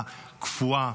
הקפואה,